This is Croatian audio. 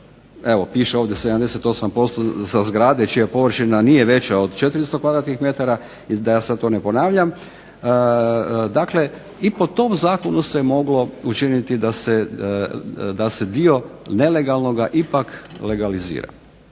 evo piše ovdje 78% za zgrade čija površina nije veća od 400 kvadratnih metara ili da ja sad to ne ponavljam. Dakle, i po tom zakonu se moglo učiniti da se dio nelegalnoga ipak legalizira.